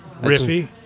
Riffy